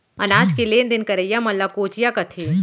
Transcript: अनाज के लेन देन करइया मन ल कोंचिया कथें